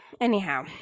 anyhow